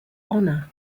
honor